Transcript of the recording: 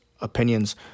opinions